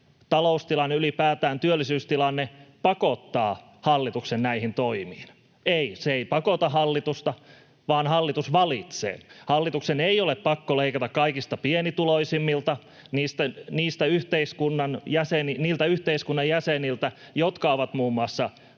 taloustilanne ylipäätään, työllisyystilanne pakottaa hallituksen näihin toimiin. Ei, se ei pakota hallitusta, vaan hallitus valitsee. Hallituksen ei ole pakko leikata kaikista pienituloisimmilta, niiltä yhteiskunnan jäseniltä, jotka ovat muun muassa perusturvan